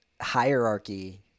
hierarchy